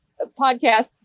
podcast